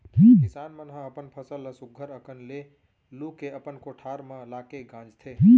किसान मन ह अपन फसल ल सुग्घर अकन ले लू के अपन कोठार म लाके गांजथें